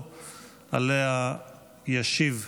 ההצעה הראשונה היא הצעת חוק הירושה (תיקון,